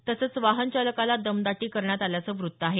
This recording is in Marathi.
तसेच वाहन चालकाला दमदाटी करण्यात आल्याचं वृत्त आहे